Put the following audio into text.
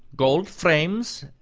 gold frames,